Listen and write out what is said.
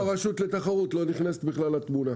פה הרשות לתחרות לא נכנסת בכלל לתמונה.